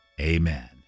Amen